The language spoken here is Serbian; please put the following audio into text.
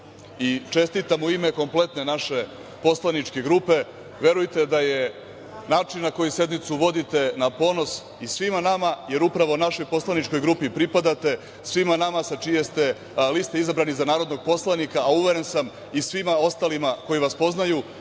I, čestitam u ime kompletne naše poslaničke grupe, verujte da je način na koji sednicu vodite na ponos i svima nama, jer upravo i našoj poslaničkoj grupi pripadate, svima nama sa čije ste liste izabrani za narodnog poslanika, a uveren sam i svima ostalima koji vas poznaju